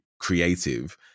creative